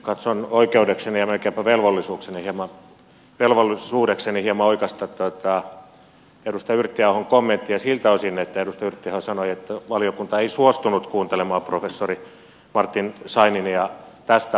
katson oikeudekseni ja melkeinpä velvollisuudekseni hieman oikaista tätä edustaja yrttiahon kommenttia siltä osin kun edustaja yrttiaho sanoi että valiokunta ei suostunut kuuntelemaan professori martin scheininia tästä asiasta